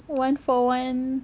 one for one